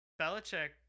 Belichick